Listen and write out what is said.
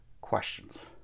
questions